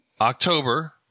October